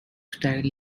style